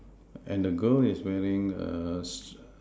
and the girl is wearing a s~